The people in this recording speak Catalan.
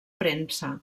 premsa